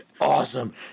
awesome